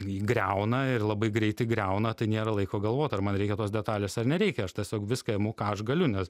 jį griauna ir labai greitai griauna tai nėra laiko galvot ar man reikia tos detalės ar nereikia aš tiesiog viską imu ką aš galiu nes